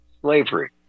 Slavery